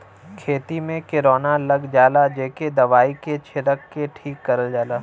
खेती में किरौना लग जाला जेके दवाई के छिरक के ठीक करल जाला